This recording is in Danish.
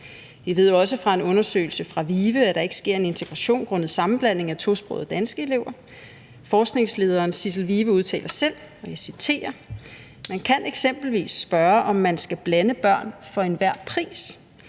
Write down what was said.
Vi ved også fra en undersøgelse fra VIVE, at der ikke sker en integration grundet sammenblandingen af tosprogede og danske elever. Forskningslederen Sidsel Vive Jensen udtaler selv: »Man kan eksempelvis spørge, om man skal blande børn for enhver pris?